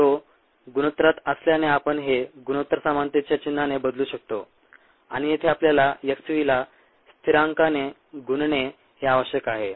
तो गुणोत्तरात असल्याने आपण हे गुणोत्तर समानतेच्या चिन्हाने बदलू शकतो आणि येथे आपल्याला x v ला स्थिरांकाने गुणणे हे आवश्यक आहे